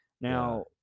Now